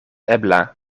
ebla